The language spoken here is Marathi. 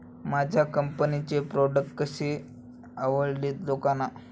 माझ्या कंपनीचे प्रॉडक्ट कसे आवडेल लोकांना?